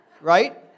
Right